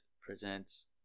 presents